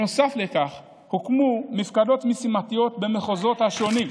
נוסף לכך הוקמו מפקדות משימתיות במחוזות השונים: